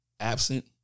Absent